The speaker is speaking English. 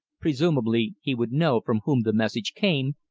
presumably he would know from whom the message came,